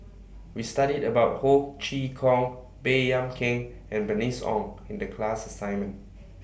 We studied about Ho Chee Kong Baey Yam Keng and Bernice Ong in The class assignment